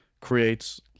creates